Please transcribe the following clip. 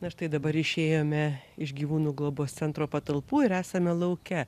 na štai dabar išėjome iš gyvūnų globos centro patalpų ir esame lauke